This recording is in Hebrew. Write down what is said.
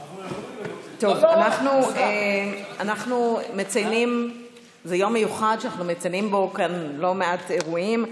היום הוא יום מיוחד ואנחנו מציינים בו כאן לא מעט אירועים.